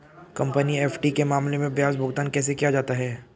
Company FD के मामले में ब्याज भुगतान कैसे किया जाता है?